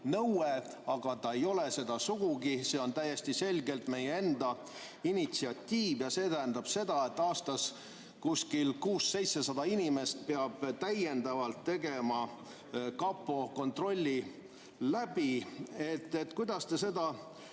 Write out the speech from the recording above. aga see ei ole seda sugugi, see on täiesti selgelt meie enda initsiatiiv. See tähendab seda, et aastas 600–700 inimest peab täiendavalt tegema läbi kapo kontrolli. Kuidas te seda